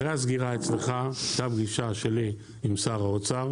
אחרי הסגירה אצלך הייתה פגישה שלי עם שר האוצר.